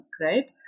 right